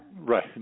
right